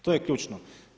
To je ključno.